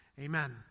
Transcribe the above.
Amen